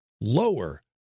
lower